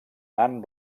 nan